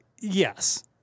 Yes